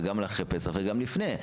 על אחרי פסח וגם לפני.